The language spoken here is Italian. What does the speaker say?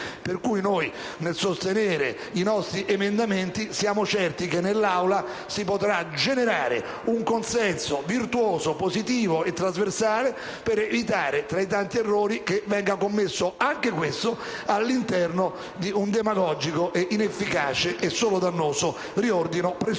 Noi, nel sostenere i nostri emendamenti, siamo certi che in Aula si potrà generare un consenso virtuoso, positivo e trasversale per evitare, tra i tanti errori, che venga commesso anche questo all'interno di un demagogico, inefficace e solo dannoso riordino presunto